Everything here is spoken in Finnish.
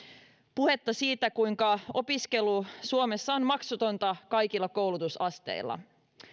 puhetta siitä kuinka opiskelu suomessa on maksutonta kaikilla koulutusasteilla